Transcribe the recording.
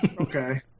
Okay